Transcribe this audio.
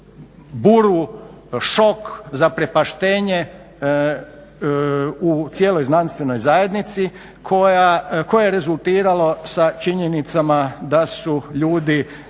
buru, šok, zaprepaštenje u cijeloj znanstvenoj zajednici koje je rezultiralo sa činjenicama da su ljudi